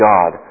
God